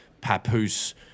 papoose